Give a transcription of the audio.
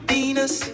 Venus